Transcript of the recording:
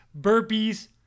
burpees